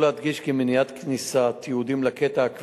ההצעות לסדר-היום